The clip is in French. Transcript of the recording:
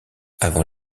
avant